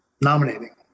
nominating